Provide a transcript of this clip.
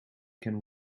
can